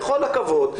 בכל הכבוד,